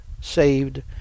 saved